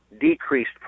decreased